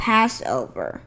Passover